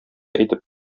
әйтеп